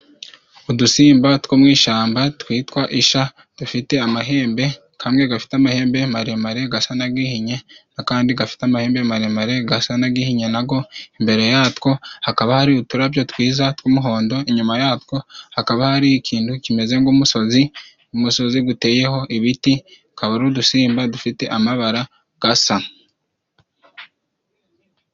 Udusimba two mu ishamba twitwa isha dufite amahembe, kamwe gafite amahembe maremare gasa na gihinye n'akandi gafite amahembe maremare gasa na gihinye nago, imbere yatwo hakaba hari uturabyo twiza tw'umuhondo, inyuma yatwo hakaba hari ikindu kimeze ng'umusozi ,umusozi guteyeho ibiti akaba ari udusimba dufite amabara gasa.